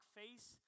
face